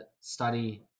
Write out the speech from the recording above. study